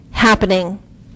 happening